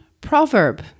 proverb